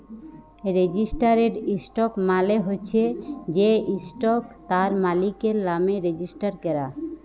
registered stock মালে হচ্যে যে ইসটকট তার মালিকের লামে রেজিস্টার ক্যরা